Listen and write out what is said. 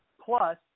Plus